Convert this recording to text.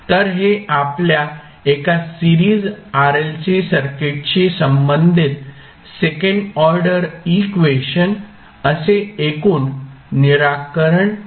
तर हे आपल्या एका सिरिज RLC सर्किटशी संबंधित सेकंड ऑर्डर इक्वेशन असे एकूण निराकरण होईल